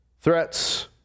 threats